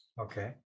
Okay